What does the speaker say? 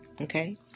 Okay